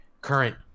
current